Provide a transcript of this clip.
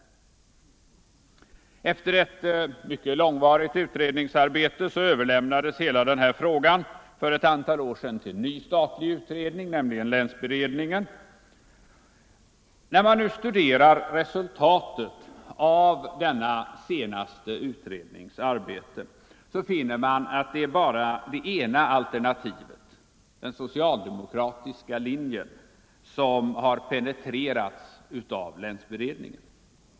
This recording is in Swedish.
Efter ett mycket långvarigt utredningsarbete överlämnades hela denna fråga för ett antal år sedan till en ny statlig utredning, nämligen länsberedningen. När man nu studerar resultatet av den senaste utredningens arbete finner man att bara det ena alternativet — den socialdemokratiska linjen — har penetrerats av länsberedningen.